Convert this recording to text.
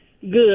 Good